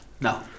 No